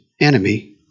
enemy